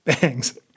bangs